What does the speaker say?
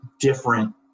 different